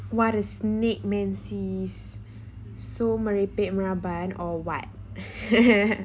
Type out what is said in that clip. what a snake man sis so merepek meraban or what